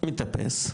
מתאפס,